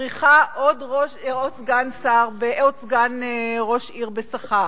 צריכה עוד סגן ראש עיר בשכר?